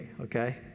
okay